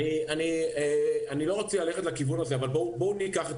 אני לא רוצה ללכת לכיוון הזה אבל בואו ניקח את